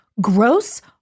gross